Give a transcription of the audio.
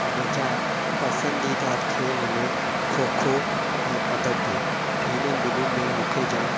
मुंहिंजा पसंदीदा खेलु आहिनि खो खो ऐं कबडी हिननि ॿिन्हीनि में मूंखे जामु